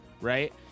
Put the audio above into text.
right